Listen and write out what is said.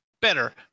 Better